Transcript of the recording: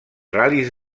ral·lis